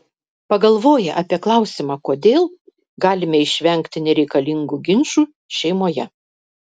pagalvoję apie klausimą kodėl galime išvengti nereikalingų ginčų šeimoje